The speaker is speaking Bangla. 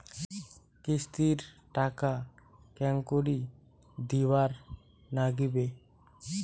কিস্তির টাকা কেঙ্গকরি দিবার নাগীবে?